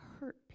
hurt